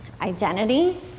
identity